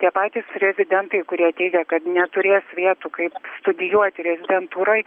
tie patys rezidentai kurie teigė kad neturės vietų kaip studijuoti rezidentūroj